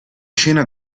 scena